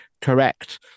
correct